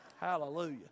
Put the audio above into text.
Hallelujah